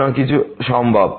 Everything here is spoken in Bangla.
সুতরাং কিছু সম্ভব